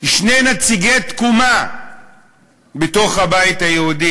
שני נציגי תקומה בתוך הבית היהודי,